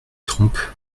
trompe